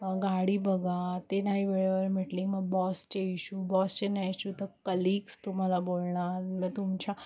गाडी बघा ते नाही वेळेवर भेटली मग बॉसचे इशू बॉसचे नाही इशू तर कलिक्स तुम्हाला बोलणार मग तुमच्या